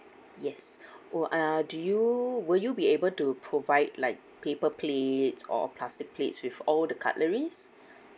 yes oh uh do you would you be able to provide like paper plates or plastic plates with all the cutleries